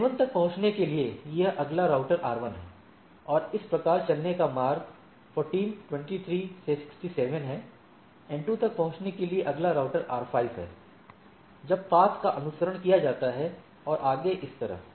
N 1 तक पहुंचने के लिए यह अगला राउटर R 1 है और इस प्रकार चलने का मार्ग 14 23 से 67 है N 2 तक पहुंचने के लिए अगला राउटर R 5 है जब पथ का अनुसरण किया जाता है और आगे इस तरह